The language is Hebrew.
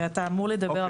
ואתה אמור לדבר,